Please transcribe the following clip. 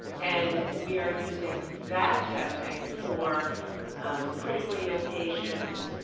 and we are using that testing for critically ill patients,